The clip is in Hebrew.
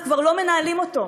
אנחנו כבר לא מנהלים אותו.